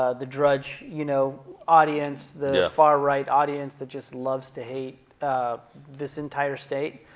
ah the drudge you know audience, the far right audience that just loves to hate this entire state,